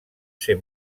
ser